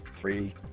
Three